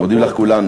מודים לך כולנו.